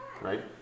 right